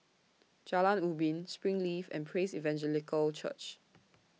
Jalan Ubin Springleaf and Praise Evangelical Church